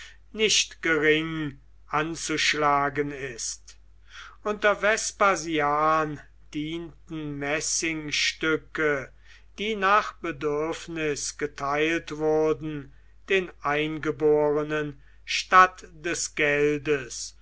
nicht gering anzuschlagen ist unter vespasian dienten messingstücke die nach bedürfnis geteilt wurden den eingeborenen statt des geldes